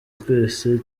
twese